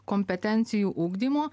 kompetencijų ugdymo